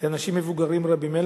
לאנשים מבוגרים רבים.